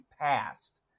passed